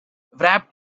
wrapped